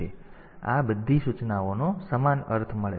તેથી આ બધી સૂચનાઓનો તેમને સમાન અર્થ મળ્યો છે